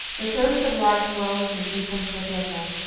the thirst of life grows and deepens within them,